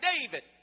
David